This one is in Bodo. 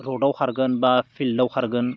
रडआव खारगोन बा फिल्डआव खारगोन